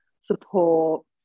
support